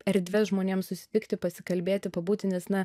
erdves žmonėm susitikti pasikalbėti pabūti nes na